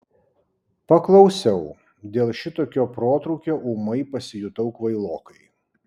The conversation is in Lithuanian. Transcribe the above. paklausiau dėl šitokio protrūkio ūmai pasijutau kvailokai